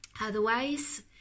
otherwise